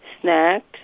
snacks